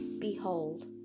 Behold